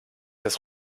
das